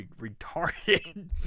retarded